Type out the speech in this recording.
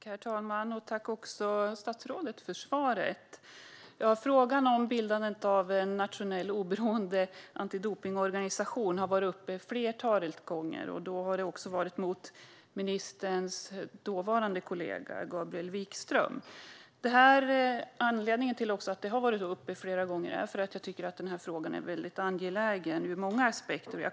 Herr talman! Jag vill tacka statsrådet för svaret. Frågan om bildandet av en nationell, oberoende antidopningsorganisation har varit uppe flera gånger. Då har ministerns dåvarande kollega, Gabriel Wikström, svarat. Det är en angelägen fråga ur många aspekter.